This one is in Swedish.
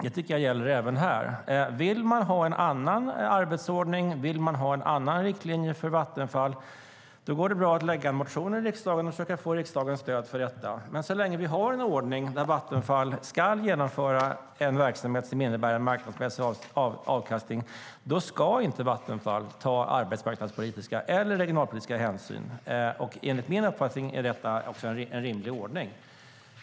Det tycker jag gäller även här. Vill man ha en annan arbetsordning, vill man ha en annan riktlinje för Vattenfall, går det bra att väcka motioner i riksdagen och försöka få riksdagens stöd för detta. Men så länge vi har en ordning där Vattenfall ska genomföra en verksamhet som innebär en marknadsmässig avkastning ska inte Vattenfall ta arbetsmarknadspolitiska eller regionalpolitiska hänsyn. Enligt min uppfattning är detta en rimlig ordning.